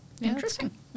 interesting